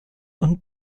und